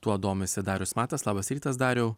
tuo domisi darius matas labas rytas dariau